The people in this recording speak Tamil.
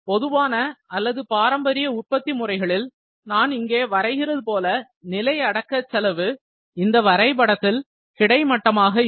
பொதுவான அல்லது பாரம்பரிய உற்பத்தி முறைகளில் நான் இங்கே வரைகிறது போல நிலை அடக்க செலவு இந்த வரைபடத்தில் கிடைமட்டமாக இருக்கும்